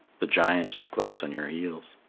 the giant is close on your heels.